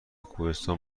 کوهستان